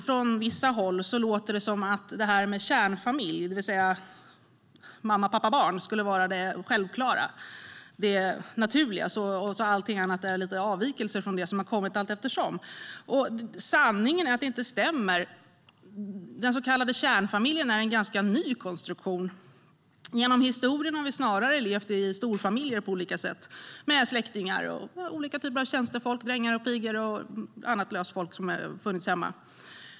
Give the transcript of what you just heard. Från vissa håll låter det ibland som att det här med kärnfamilj, alltså mamma, pappa och barn, skulle vara det självklara, det naturliga, och att allt annat skulle vara avvikelse från det som har kommit allteftersom. Sanningen är att det inte stämmer. Den så kallade kärnfamiljen är en ganska ny konstruktion. Genom historien har vi snarare levt i storfamiljer på olika sätt, med släktingar och olika typer av tjänstefolk, drängar, pigor och annat löst folk som har funnits hemma.